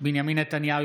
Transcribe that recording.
אינה נוכחת בנימין נתניהו,